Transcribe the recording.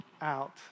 out